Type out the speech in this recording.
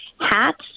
hats